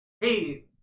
hey